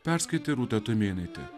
perskaitė rūta tumėnaitė